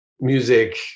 music